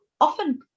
often